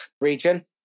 region